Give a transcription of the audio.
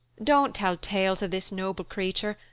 don't tell tales of this noble creature,